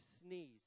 sneeze